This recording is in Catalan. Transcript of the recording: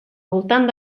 voltant